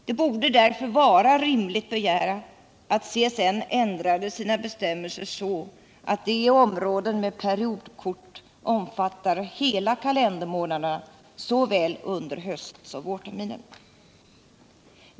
Det borde därför vara rimligt att CSN ändrade sina bestämmelser, så att kostnadsersättningen i områden med periodkort omfattar hela kalendermånaderna såväl under höstsom vårterminen.